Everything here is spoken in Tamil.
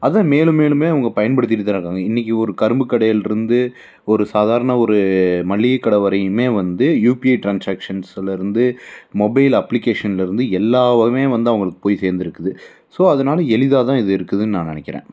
அதுவும் மேலும் மேலுமே அவங்க பயன்படுத்திகிட்டு தான் இருக்காங்க இன்றைக்கு ஒரு கரும்பு கடையில் இருந்து ஒரு சாதாரண ஒரு மளிகை கடை வரையுமே வந்து யுபிஐ ட்ரான்சேக்சன்ஸ்லேருந்து மொபைல் அப்ளிகேஷனில் இருந்து எல்லாவாவுமே அவங்களுக்கு போய் சேர்ந்துருக்குது ஸோ அதனால எளிதாக தான் இது இருக்குதுனு நான் நினக்கிறேன்